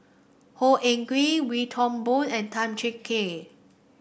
Khor Ean Ghee Wee Toon Boon and Tan Cheng Kee